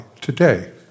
today